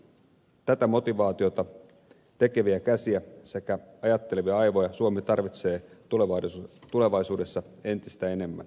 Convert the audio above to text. tätä motivaatiota tekeviä käsiä sekä ajattelevia aivoja suomi tarvitsee tulevaisuudessa entistä enemmän